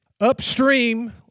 Upstream